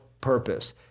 purpose